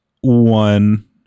one